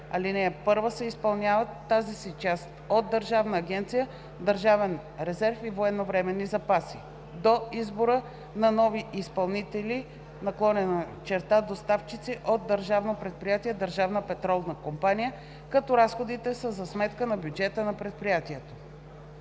ал. 1, се изпълняват в тази си част от Държавна агенция „Държавен резерв и военновременни запаси“ до избора на нови изпълнители/доставчици от Държавно предприятие „Държавна петролна компания“, като разходите са за сметка на бюджета на предприятието.“